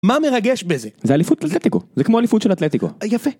מה מרגש בזה? זה האליפות של אתלטיקו, זה כמו האליפות של אתלטיקו, יפה.